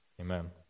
Amen